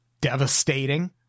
devastating